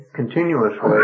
continuously